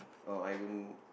oh